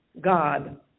God